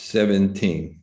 Seventeen